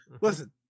Listen